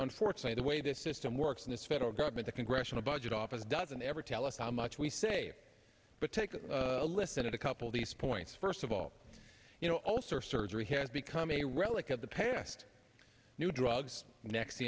unfortunately the way this system works in this federal government the congressional budget office doesn't ever tell us how much we say but take a listen at a couple of these points first of all you know ulcer surgery has become a relic of the past new drugs nex